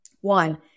One